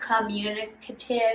communicative